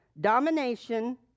domination